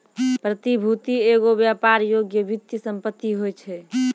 प्रतिभूति एगो व्यापार योग्य वित्तीय सम्पति होय छै